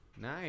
Nice